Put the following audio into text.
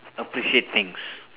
appreciate things